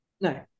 No